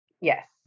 Yes